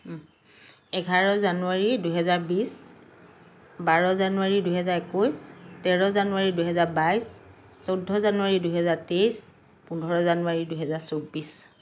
এঘাৰ জানুৱাৰী দুহেজাৰ বিছ বাৰ জানুৱাৰী দুহেজাৰ একৈছ তেৰ জানুৱাৰী দুহেজাৰ বাইছ চৈধ্য জানুৱাৰী দুহেজাৰ তেইছ পোন্ধৰ জানুৱাৰী দুহেজাৰ চৌব্বিছ